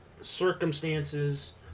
circumstances